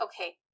okay